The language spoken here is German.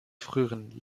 früheren